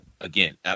again